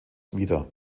wieder